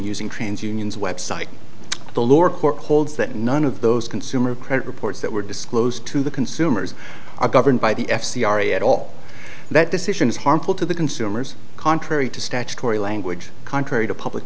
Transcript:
using trans unions website the lower court holds that none of those consumer credit reports that were disclosed to the consumers are governed by the f c r a at all that decision is harmful to the consumers contrary to statutory language contrary to public